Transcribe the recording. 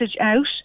out